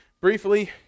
Briefly